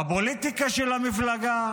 בפוליטיקה של המפלגה,